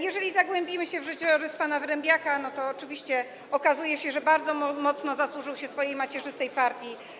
Jeżeli zagłębimy się w życiorys pana Wyrembaka, to oczywiście okazuje się, że bardzo mocno zasłużył się swojej macierzystej partii.